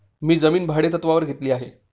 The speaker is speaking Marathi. मी जमीन भाडेतत्त्वावर घेतली आहे